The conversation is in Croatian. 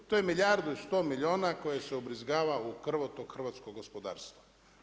To je milijardu i sto milijuna koje se ubrizgava u krvotok hrvatskog gospodarstva.